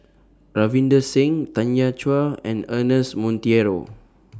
Ravinder Singh Tanya Chua and Ernest Monteiro